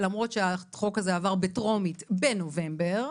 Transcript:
למרות שהחוק הזה עבר בטרומית בנובמבר,